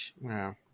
Wow